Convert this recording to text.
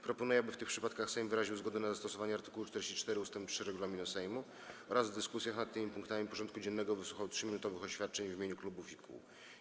Proponuję, aby w tych przypadkach Sejm wyraził zgodę na zastosowanie art. 44 ust. 3 regulaminu Sejmu oraz w dyskusjach nad tymi punktami porządku dziennego wysłuchał 3-minutowych oświadczeń w imieniu klubów i kół.